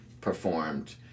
performed